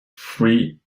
three